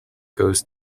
goes